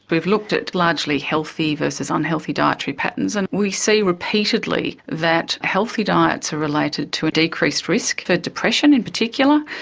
we've looked at largely healthy versus unhealthy dietary patterns, and we see repeatedly that healthy diets are related to a decreased risk for depression in particular,